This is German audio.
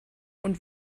und